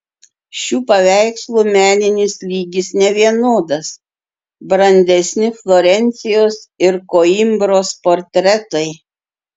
šių paveikslų meninis lygis nevienodas brandesni florencijos ir koimbros portretai